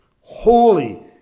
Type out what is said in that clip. Holy